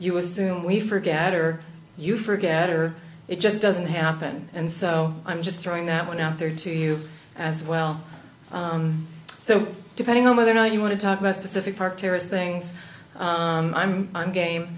you assume we forget or you forget or it just doesn't happen and so i'm just throwing that one out there to you as well so depending on whether or not you want to talk about specific park terrace things i'm i'm